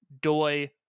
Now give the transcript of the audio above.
Doi